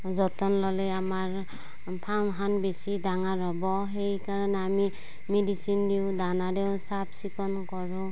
যতন ল'লে আমাৰ ফাৰ্মখন বেছি ডাঙৰ হ'ব সেইকাৰণে আমি মেডিচিন দিওঁ দানা দিওঁ চাফ চিকুণ কৰোঁ